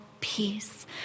peace